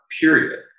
period